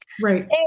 Right